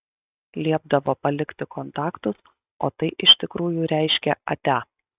liepdavo palikti kontaktus o tai iš tikrųjų reiškė atia